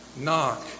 Knock